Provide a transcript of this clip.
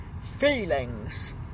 feelings